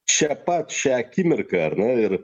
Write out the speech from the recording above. čia pat šią akimirką ar ne ir